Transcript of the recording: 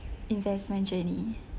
investment journey